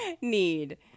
need